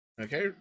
okay